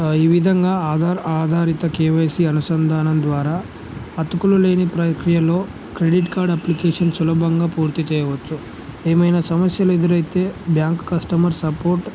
ఈ విధంగా ఆధార్ ఆధారిత కేవైసీ అనుసంధానం ద్వారా అతుకులు లేని ప్రక్రియలో క్రెడిట్ కార్డ్ అప్లికేషన్ సులభంగా పూర్తి చేయవచ్చు ఏమైనా సమస్యలు ఎదురైతే బ్యాంక్ కస్టమర్ సపోర్ట్